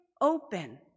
open